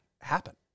happen